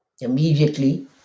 Immediately